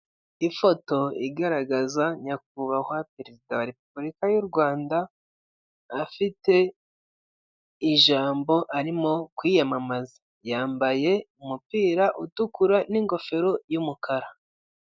ifoto igaragaza nyakubahwa perezida wa repubulika y'urwanda afite ijambo arimo kwiyamamaza yambaye umupira utukura n'ingofero y'umukara